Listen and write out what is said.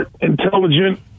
intelligent